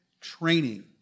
training